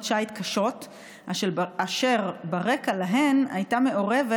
שיט קשות אשר ברקע להן הייתה מעורבת,